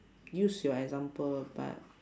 use your example but